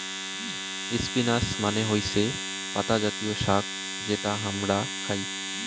spinach মানে হৈসে পাতা জাতীয় শাক যেটা হামরা খাই